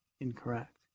incorrect